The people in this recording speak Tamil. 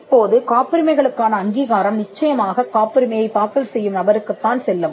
இப்போது காப்புரிமைகளுக்கான அங்கீகாரம் நிச்சயமாகக் காப்புரிமையைத் தாக்கல் செய்யும் நபருக்குத் தான் செல்லும்